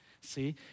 See